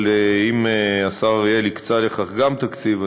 אבל אם גם השר אריאל הקצה לכך תקציב,